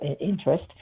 interest